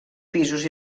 pisos